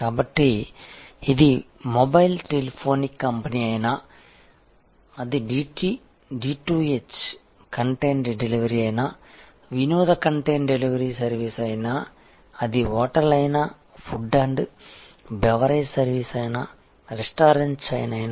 కాబట్టి ఇది mobile telephonic company అయినా అది D2H కంటెంట్ డెలివరీ అయినా వినోద కంటెంట్ డెలివరీ సర్వీస్ అయినా అది హోటల్ అయినా ఫుడ్ అండ్ బెవరేజ్ సర్వీస్ అయినా రెస్టారెంట్ చైన్ అయినా